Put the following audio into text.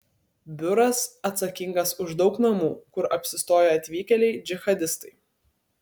biuras atsakingas už daug namų kur apsistoję atvykėliai džihadistai